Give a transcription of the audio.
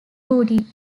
booty